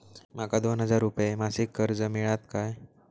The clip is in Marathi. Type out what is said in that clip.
माका दोन हजार रुपये मासिक कर्ज मिळात काय?